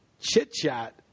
chit-chat